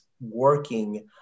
working